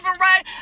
right